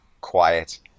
quiet